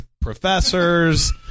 professors